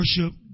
worship